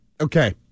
Okay